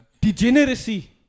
Degeneracy